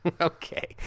Okay